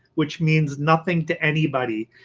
whic means nothing to anybody.